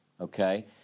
okay